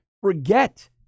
Forget